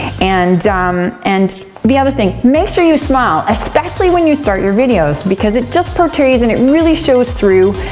and um and the other thing, make sure you smile, especially when you start your videos because it just portrays and it really shows through.